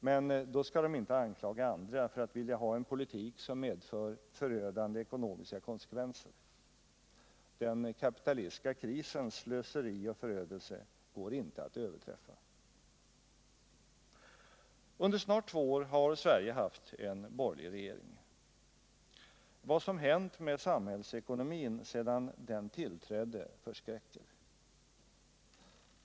Men då skall de inte anklaga andra för att vilja ha en politik som medför ”förödande ekonomiska konsekvenser”. Den kapitalistiska krisens slöseri och förödelse går inte att överträffa. Under snart två år har Sverige haft en borgerlig regering. Vad som hänt med samhällsekonomin sedan den tillträdde förskräcker.